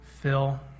Phil